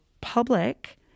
public